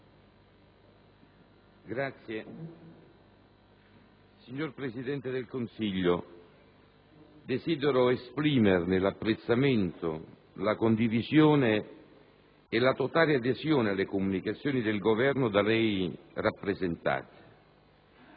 Presidente. Signor Presidente del Consiglio, desidero esprimerle l'apprezzamento, la condivisione e la totale adesione alle comunicazioni del Governo da lei rappresentate.